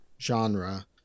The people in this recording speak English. genre